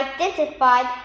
identified